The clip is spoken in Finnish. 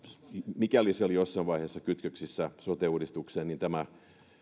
mikäli se oli jossain vaiheessa kytköksissä sote uudistukseen niin